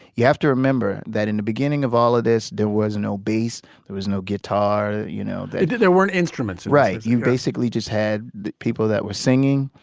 you have to remember that in the beginning of all of this, there was no bass. there was no guitar. you know, they did. there weren't instruments. right. you basically just had people that were singing.